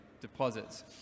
deposits